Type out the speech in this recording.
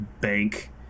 Bank